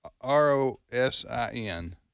R-O-S-I-N